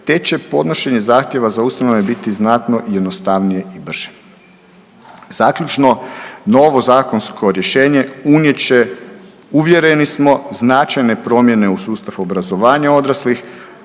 te će podnošenje zahtjeva za ustanove biti znatno jednostavnije i brže. Zaključno, novo zakonsko rješenje unijet će, uvjereni smo, značajne promjene u sustav obrazovanja odraslih,